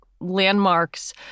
landmarks